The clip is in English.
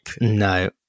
no